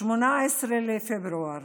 ב-18 בפברואר